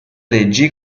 leggi